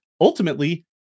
ultimately